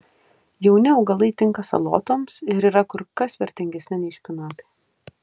jauni augalai tinka salotoms ir yra kur kas vertingesni nei špinatai